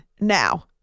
now